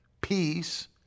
peace